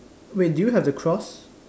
wait did you have the cross